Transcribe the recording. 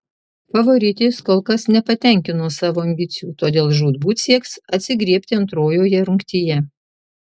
favoritės kol kas nepatenkino savo ambicijų todėl žūtbūt sieks atsigriebti antrojoje rungtyje